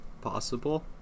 possible